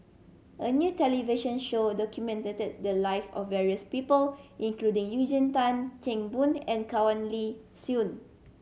a new television show documented the live of various people including Eugene Tan Kheng Boon and Soin